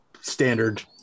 standard